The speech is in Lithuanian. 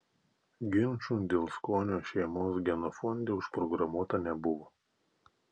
ginčų dėl skonio šeimos genofonde užprogramuota nebuvo